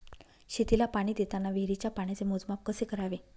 शेतीला पाणी देताना विहिरीच्या पाण्याचे मोजमाप कसे करावे?